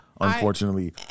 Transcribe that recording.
unfortunately